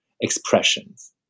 expressions